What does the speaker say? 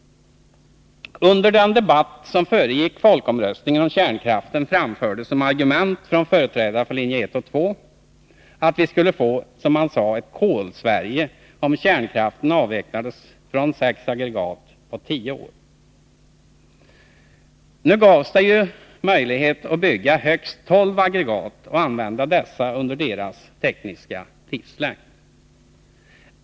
Under den debatt som föregick folkomröstningen om kärnkraften framfördes som argument från företrädare för linje 1 och 2 att vi skulle få ett Kolsverige om kärnkraften avvecklades från sex aggregat under tio år. Folkomröstningen gav ju möjlighet att bygga högst 12 aggregat och använda dessa under deras tekniska livslängd.